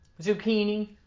zucchini